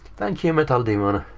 thank you metaldemon.